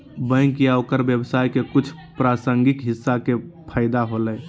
bank या ओकर व्यवसाय के कुछ प्रासंगिक हिस्सा के फैदा होलय